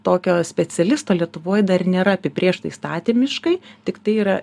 tokio specialisto lietuvoj dar nėra apibrėžta įstatymiškai tiktai yra